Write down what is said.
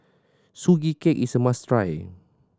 Sugee Cake is a must try